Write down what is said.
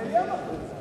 המליאה מחליטה.